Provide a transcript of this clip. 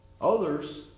Others